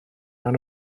maen